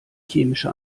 chemische